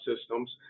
systems